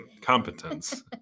competence